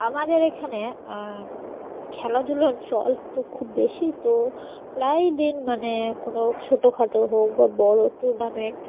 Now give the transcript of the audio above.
আমাদের এখানে খেলাধুলার চল তো খুব বেশি তো প্রায়ই দিন মানে কোনো ছোটো খাটো হোক বা বড়ো টুর্নামেন্ট